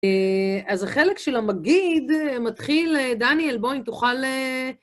אז החלק של המגיד מתחיל, דניאל, בוא אם תוכל...